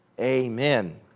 amen